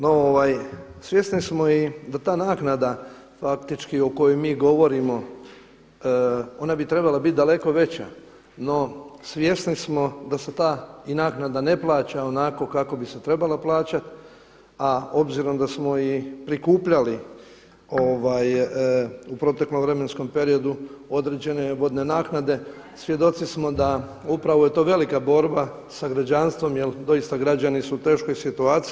No ovaj svjesni smo da i ta naknada faktički o kojoj mi govorimo ona bi trebala biti daleko veća, no svjesni smo da se ta i naknada ne plaća onako kako bi se trebala plaćati, a obzirom da smo i prikupljali u proteklom vremenskom periodu određene vodne naknade, svjedoci smo da upravo je to velika borba sa građanstvom jel doista su građani u teškoj situaciji.